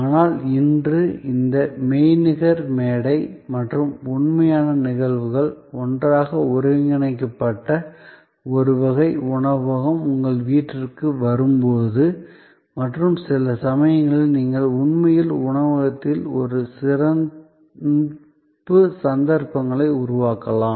ஆனால் இன்று இந்த மெய்நிகர் மேடை மற்றும் உண்மையான நிகழ்வுகள் ஒன்றாக ஒருங்கிணைக்கப்பட்ட ஒரு வகை உணவகம் உங்கள் வீட்டிற்கு வரும் போது மற்றும் சில சமயங்களில் நீங்கள் உண்மையில் உணவகத்தில் ஒரு சிறப்பு சந்தர்ப்பங்களை உருவாக்கலாம்